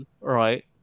right